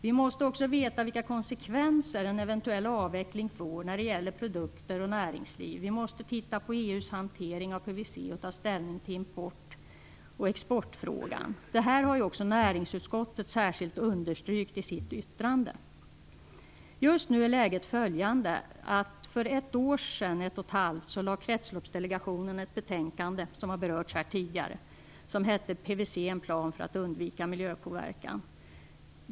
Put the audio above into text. Vi måste också veta vilka konsekvenser en eventuell avveckling får när det gäller produkter och näringsliv. Vi måste titta på EU:s hantering av PVC och ta ställning till import och exportfrågan. Det här har också näringsutskottet särskilt understrukit i sitt yttrande. Läget är följande: För ett och ett halvt år sedan lade Kretsloppsdelegationen fram ett betänkande som har berörts här tidigare och som hette PVC - en plan för att undvika miljöpåverkan.